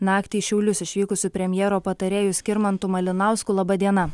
naktį į šiaulius išvykusiu premjero patarėju skirmantu malinausku laba diena